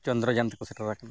ᱪᱚᱱᱫᱨᱚ ᱡᱟᱱ ᱛᱮᱠᱚ ᱥᱮᱴᱮᱨ ᱟᱠᱟᱱᱟ